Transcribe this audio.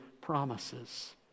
promises